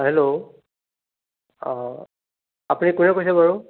hello অঁ আপুনি কোনে কৈছে বাৰু